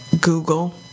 Google